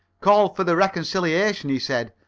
called for the reconciliation, he said.